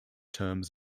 terms